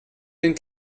den